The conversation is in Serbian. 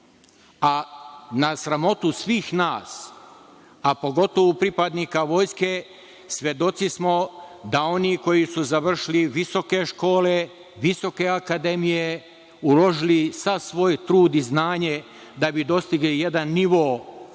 na sramotu svih nas, a pogotovu pripadnika Vojske, svedoci smo da oni koji su završili visoke škole, visoke akademije, uložili sav svoj trud i znanje da bi dostigli jedan nivo koji